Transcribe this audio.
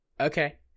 Okay